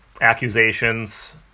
accusations